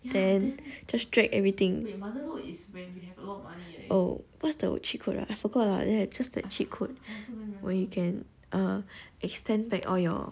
then just drag everything oh what's the cheat code ah I forgot ah just that cheat code where you can err extend back all your